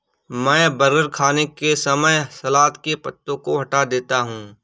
मैं बर्गर खाने के समय सलाद के पत्तों को हटा देता हूं